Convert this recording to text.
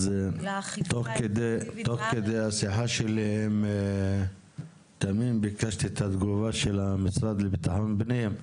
תוך כדי השיחה שלי עם תמים ביקשתי את התגובה של המשרד לביטחון פנים.